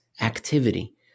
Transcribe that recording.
activity